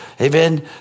Amen